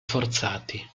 forzati